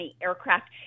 aircraft